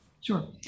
Sure